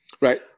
right